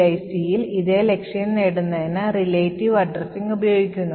PICയിൽ ഇതേ ലക്ഷ്യം നേടുന്നതിന് relative addressing ഉപയോഗിക്കുന്നു